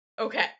Okay